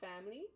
family